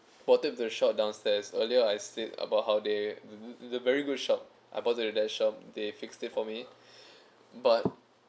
brought it to the shop downstairs earlier I said about how they th~ they very good shop I brought to that shop they fixed it for me but